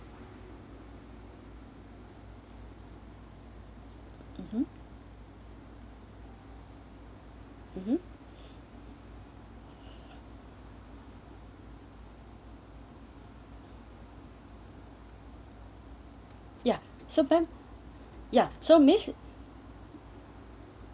mmhmm mmhmm ya so that so miss